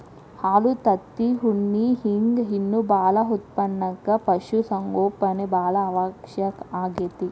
ಹಾಲು ತತ್ತಿ ಉಣ್ಣಿ ಹಿಂಗ್ ಇನ್ನೂ ಬಾಳ ಉತ್ಪನಕ್ಕ ಪಶು ಸಂಗೋಪನೆ ಬಾಳ ಅವಶ್ಯ ಆಗೇತಿ